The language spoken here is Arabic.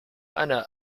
أنا